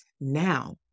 now